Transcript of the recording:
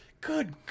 good